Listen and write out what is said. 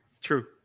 True